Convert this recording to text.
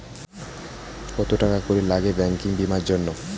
কত টাকা করে লাগে ব্যাঙ্কিং বিমার জন্য?